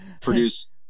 produce